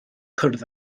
cwrdd